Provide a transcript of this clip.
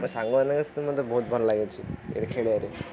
ମୋ ସାଙ୍ଗମାନଙ୍କ ସହିତ ମୋତେ ବହୁତ ଭଲ ଲାଗୁଛି ଏଇଟା ଖେଳିବାରେ